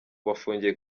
bafungiye